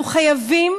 אנחנו חייבים